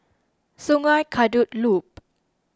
Sungei Kadut Loop